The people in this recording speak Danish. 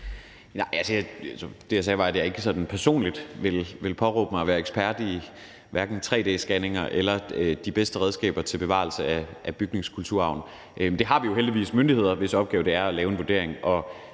det, jeg sagde, var, at jeg ikke sådan personligt vil påberåbe mig at være ekspert i hverken tre-d-scanninger eller de bedste redskaber til bevarelse af bygningskulturarven. Der har vi jo heldigvis myndigheder, hvis opgave det er at lave en vurdering,